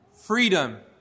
freedom